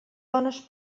bones